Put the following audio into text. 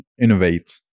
innovate